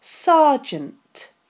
Sergeant